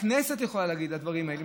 הכנסת יכולה להגיד את הדברים האלה.